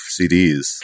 CDs